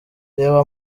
reba